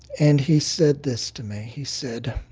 and he said this to me he said,